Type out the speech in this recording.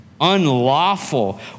Unlawful